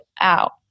out